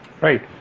Right